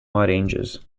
ranges